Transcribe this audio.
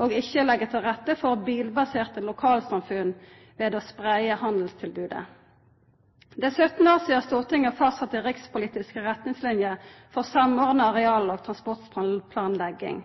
og ikkje leggja til rette for bilbaserte lokalsamfunn ved å spreia handelstilbodet. Det er 17 år sidan Stortinget fastsette rikspolitiske retningsliner for samordna areal- og transportplanlegging.